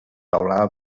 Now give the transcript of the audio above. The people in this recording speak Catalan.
teulada